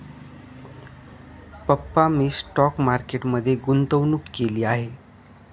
पप्पा मी stock market मध्ये गुंतवणूक केली आहे